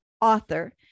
author